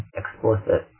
explicit